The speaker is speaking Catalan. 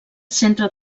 centre